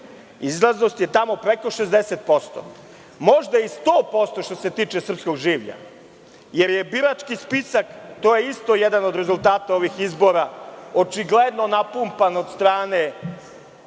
Izlaznost je tamo preko 60%. Možda i 100% što se tiče srpskog življa, jer je birački spisak, to je isto jedan od rezultata ovih izbora, očigledno napumpan od strane